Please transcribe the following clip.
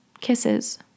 Kisses